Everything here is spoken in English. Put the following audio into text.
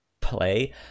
play